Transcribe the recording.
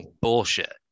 bullshit